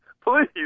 please